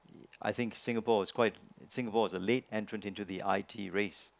I think Singapore is quite Singapore is a late entrant into the I_T race